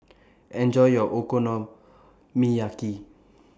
Enjoy your Okonomiyaki